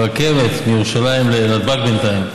הרכבת מירושלים לנתב"ג בינתיים.